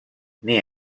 n’hi